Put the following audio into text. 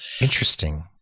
Interesting